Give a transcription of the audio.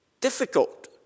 difficult